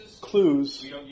clues